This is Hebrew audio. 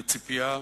בציפייה,